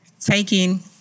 Taking